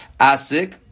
Asik